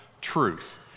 truth